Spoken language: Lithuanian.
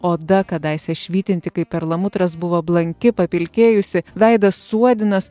oda kadaise švytinti kaip perlamutras buvo blanki papilkėjusi veidas suodinas